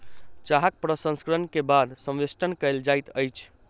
चाहक प्रसंस्करण के बाद संवेष्टन कयल जाइत अछि